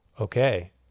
Okay